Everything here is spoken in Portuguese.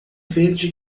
verde